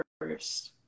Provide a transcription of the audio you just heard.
first